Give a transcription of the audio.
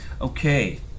Okay